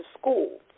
school